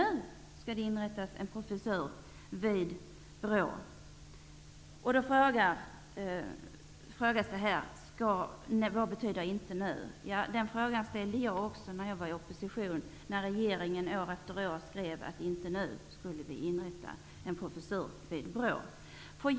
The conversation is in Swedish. Utskottet säger att en professur vid BRÅ inte skall inrättas nu. Då frågas det här vad ''inte nu'' betyder. Den frågan ställde jag också i oppositionen när regeringen år efter år skrev att vi inte skulle inrätta en professur vid BRÅ nu.